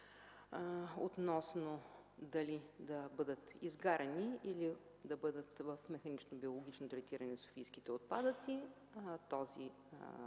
това дали да бъдат изгаряни, или да бъдат механично-биологично третирани софийските отпадъци, този